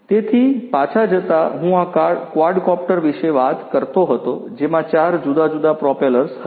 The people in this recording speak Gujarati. તેથી પાછા જતા હું આ ક્વાડકોપ્ટર વિશે વાત કરતો હતો જેમાં 4 જુદા જુદા પ્રોપેલર્સ હતા